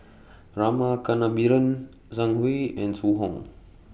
Rama Kannabiran Zhang Hui and Zhu Hong